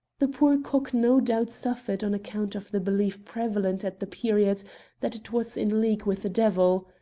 the poor cock no doubt suffered on account of the belief prevalent at the period that it was in league with the devil.